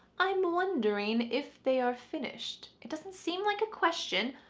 i'm wondering if they are finished. it doesn't seem like a question,